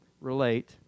relate